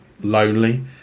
lonely